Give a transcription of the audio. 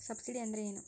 Subsidy ಅಂದ್ರೆ ಏನು?